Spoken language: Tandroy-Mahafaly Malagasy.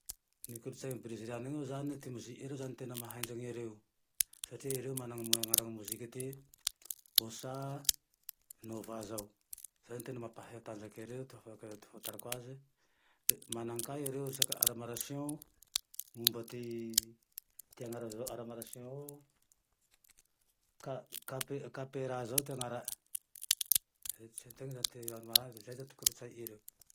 Ny kolotsay Breziliany io zane, ty moziky ereo zane tena maha henjany ereo, satria ereo manane anaramoey ty Bosa Nova zao, zay zane tena mampatanjaky ereo ty ahafantarako aze, le mana ka ereo resaky ara marisiô momba ty, ty anara zao ara marsiô ao kepera zao ty anarany